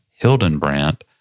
Hildenbrandt